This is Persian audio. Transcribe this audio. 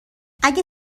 اگه